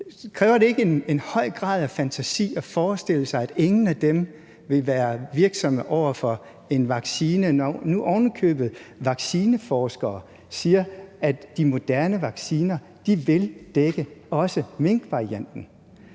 Kræver det ikke en høj grad af fantasi at forestille sig, at ingen af dem vil være modtagelige over for en vaccine, når nu vaccineforskere ovenikøbet siger, at de moderne vacciner også vil dække minkvarianten?